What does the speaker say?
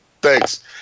Thanks